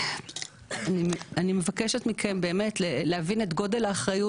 אני מבקשת מכם באמת להבין את גודל האחריות